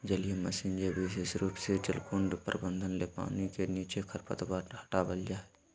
जलीय मशीन जे विशेष रूप से जलकुंड प्रबंधन ले पानी के नीचे खरपतवार हटावल जा हई